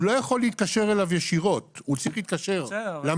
הוא לא יכול להתקשר אליו ישירות אלא הוא צריך להתקשר למרכז.